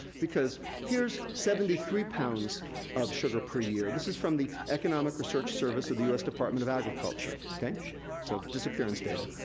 because here's seventy three pounds of sugar per year. this is from the economic research service of the us department of agriculture. so disappearance data.